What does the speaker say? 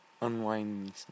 Unwind